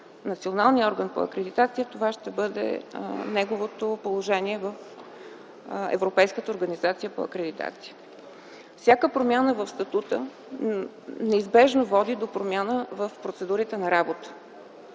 националния орган по акредитация ще бъде неговото положение в Европейската организация за акредитация. Всяка промяна в статута неизбежно води до промяна в процедурите на работа.